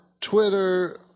Twitter